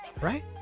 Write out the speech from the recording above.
right